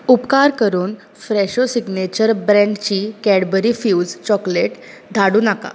उपकार करून Fresho signature ब्रॅन्डची कॅडबरी फ्यूज चॉकलेट धाडूं नाका